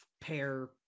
pair